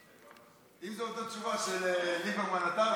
אם זו אותה תשובה שליברמן נתן,